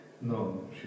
No